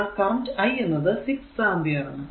എന്നാൽ current I എന്നത് 6 ampere ആണ്